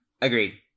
Agreed